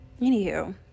anywho